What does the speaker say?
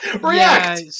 React